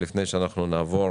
לפני שנעבור